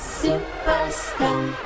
superstar